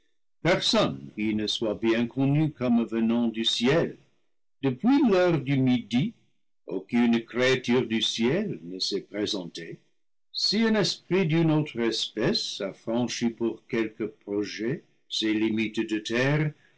personne qui ne soit bien connu comme venant du ciel depuis l'heure du midi aucune créature du ciel ne s'est présentée si un esprit d'une autre espèce a franchi pour quelque projet ces limites de terre